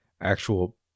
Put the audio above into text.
actual